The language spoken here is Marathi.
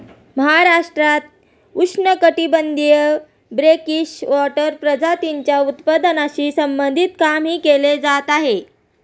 महाराष्ट्रात उष्णकटिबंधीय ब्रेकिश वॉटर प्रजातींच्या उत्पादनाशी संबंधित कामही केले जात आहे